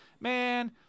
man